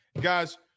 Guys